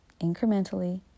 Incrementally